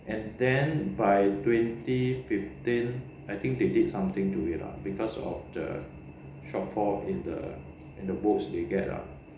and then by twenty fifteen I think they did something to it lah because of the shortfall in the votes they get lah